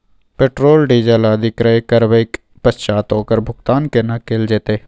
Petrol, diesel आदि क्रय करबैक पश्चात ओकर भुगतान केना कैल जेतै?